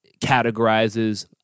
categorizes